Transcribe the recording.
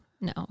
No